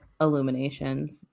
Illuminations